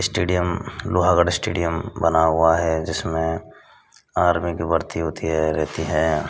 stadium Lohagarh stadium बना हुआ है जिसमें आर्मी की भर्ती होती हैं रहती हैं